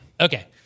Okay